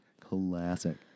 Classic